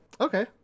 Okay